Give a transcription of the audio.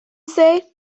say